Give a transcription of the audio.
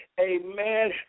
amen